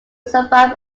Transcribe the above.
survive